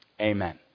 Amen